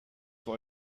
für